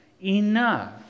enough